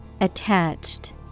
Attached